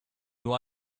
nur